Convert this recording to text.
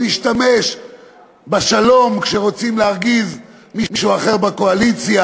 להשתמש בשלום כשרוצים להרגיז מישהו אחר בקואליציה,